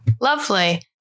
lovely